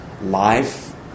life